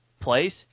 place